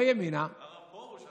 הרב פרוש,